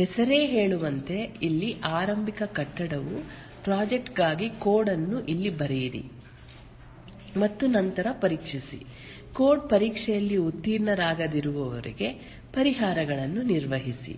ಹೆಸರೇ ಹೇಳುವಂತೆ ಇಲ್ಲಿ ಆರಂಭಿಕ ಕಟ್ಟಡವು ಪ್ರಾಜೆಕ್ಟ್ ಗಾಗಿ ಕೋಡ್ ಅನ್ನು ಇಲ್ಲಿ ಬರೆಯಿರಿ ಮತ್ತು ನಂತರ ಪರೀಕ್ಷಿಸಿ ಕೋಡ್ ಪರೀಕ್ಷೆಯಲ್ಲಿ ಉತ್ತೀರ್ಣರಾಗದಿರುವವರೆಗೆ ಪರಿಹಾರಗಳನ್ನು ನಿರ್ವಹಿಸಿ